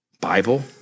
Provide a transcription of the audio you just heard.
Bible